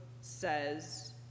says